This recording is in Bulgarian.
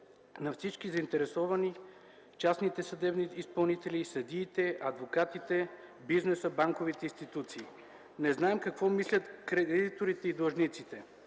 на всички заинтересовани – частните съдебни изпълнители, съдиите, адвокатите, бизнеса, банковите институции. Не знаем какво мислят кредиторите и длъжниците.